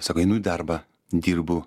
sako einu į darbą dirbu